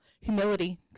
Humility